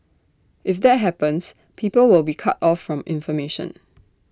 if that happens people will be cut off from information